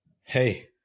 Hey